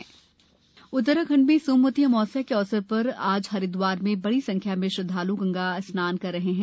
हरिदवार क्भ उत्तराखंड में सोमवती अमावस्या के अवसर प्र आज हरिद्वार में बडी संख्या में श्रद्धाल् गंगा स्नान कर रहे हैं